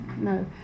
No